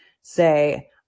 Say